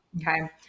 Okay